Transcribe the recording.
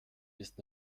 ist